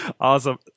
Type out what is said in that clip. Awesome